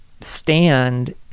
stand